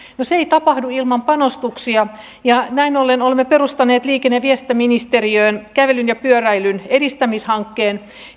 no se ei tapahdu ilman panostuksia ja näin ollen olemme perustaneet liikenne ja viestintäministeriöön kävelyn ja pyöräilyn edistämishankkeen